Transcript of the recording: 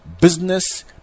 business